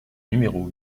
numéro